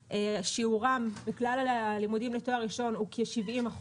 שיעור הצעירים בלימודים לתואר ראשון הוא כ-70%,